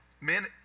Men